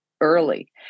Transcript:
early